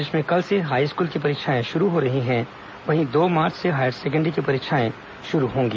प्रदेश में कल से हाईस्कूल की परीक्षाएं शुरू हो रही हैं वहीं दो मार्च से हायर सेकेण्डरी की परीक्षाएं शुरू होंगी